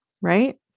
right